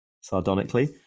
sardonically